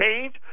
change